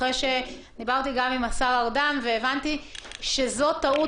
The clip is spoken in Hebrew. אחרי שדיברתי גם עם השר ארדן והבנתי שזאת טעות,